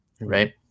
right